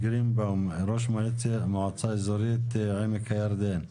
גרינבאום, ראש מועצה אזורית עמק הירדן.